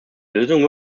lösung